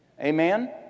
amen